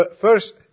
first